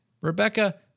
Rebecca